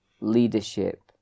leadership